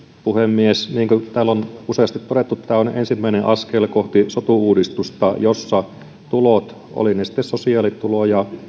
puhemies niin kuin täällä on useasti todettu tämä on ensimmäinen askel kohti sotu uudistusta jossa tulot olivat ne sitten sosiaalituloja